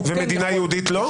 ומדינה יהודית לא?